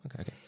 okay